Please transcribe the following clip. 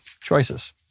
choices